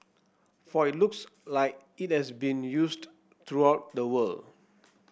for it looks like it has been used throughout the world